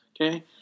Okay